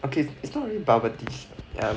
okay it's not really bubble tea shop